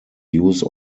use